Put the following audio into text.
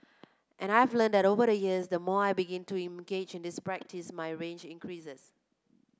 and I've learnt that over the years the more I begin to engage in this practice my range increases